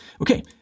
Okay